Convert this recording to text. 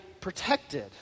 protected